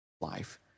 life